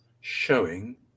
showing